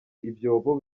ibyobo